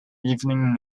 evening